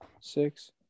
six